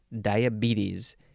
diabetes